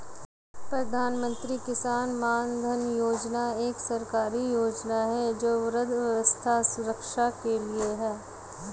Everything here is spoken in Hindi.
प्रधानमंत्री किसान मानधन योजना एक सरकारी योजना है जो वृद्धावस्था सुरक्षा के लिए है